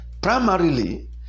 Primarily